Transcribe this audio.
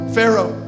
Pharaoh